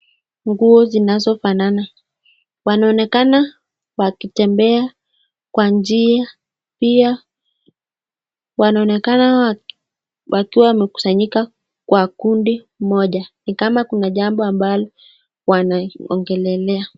Nguo zinazo fanana wanaonekana wakitembea kwa njia pia wanaonekana wakiwa wamekusanyika kwa kundi moja ni kama kuna jambo ambalo wanaongelelea.